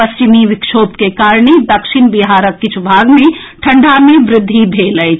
पश्चिमी विक्षोभ के कारणे दक्षिण बिहारक किछु भाग मे ठंढ़ा मे वृद्धि भेल अछि